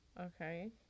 Okay